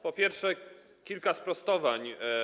Po pierwsze, kilka sprostowań.